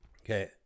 Okay